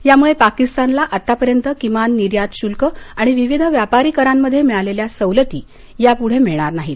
यामुळे पाकिस्तानला आत्तापर्यंत किमान निर्यात शुल्क आणि विविध व्यापारी करांमध्ये मिळालेल्या सवलती यापुढे मिळणार नाहीत